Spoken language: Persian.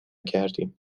کردیم